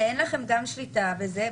אין לכם שליטה בזה.